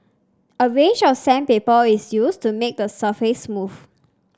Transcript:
a range of sandpaper is used to make the surface smooth